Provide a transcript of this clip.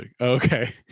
okay